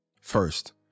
first